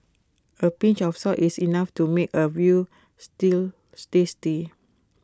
A pinch of salt is enough to make A Veal Stew tasty